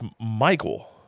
Michael